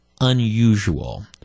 unusual